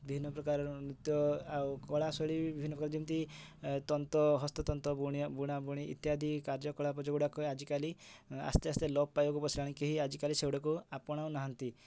ବିଭିନ୍ନ ପ୍ରକାର ନୃତ୍ୟ ଆଉ କଳା ଶୈଳୀ ବିଭିନ୍ନ ପ୍ରକାର ଯେମିତି ତନ୍ତ ହସ୍ତ ତନ୍ତ ବୁଣିଆ ବୁଣା ବୁଣି ଇତ୍ୟାଦି କାର୍ଯ୍ୟ କଳାପ ଯେଉଁ ଗୁଡ଼ାକ ଆଜିକାଲି ଆସ୍ତେ ଆସ୍ତେ ଲୋପ ପାଇବାକୁ ବସିଲାଣି କେହି ଆଜି କାଲି ସେଗୁଡ଼ାକୁ ଆପଣଉ ନାହାନ୍ତି